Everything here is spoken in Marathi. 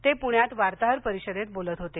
ते पुण्यात वार्ताहर परिषदेत बोलत होते